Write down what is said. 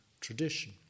tradition